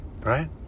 right